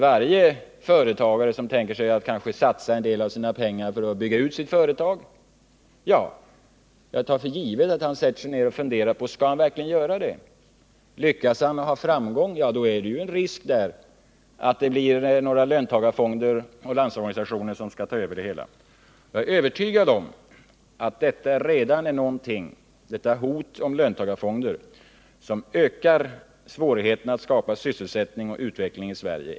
Varje företagare som tänker sig satsa en del av sina pengar för att bygga ut sitt företag sätter sig ned —det tar jag för givet — och funderar på om han verkligen skall göra det. Lyckas han och har framgång, är det risk att det blir några löntagarfonder och Landsorganisationen som tar över. Jag är övertygad om att detta hot om löntagarfonder redan nu ökar svårigheten att skapa sysselsättning och utveckling i Sverige.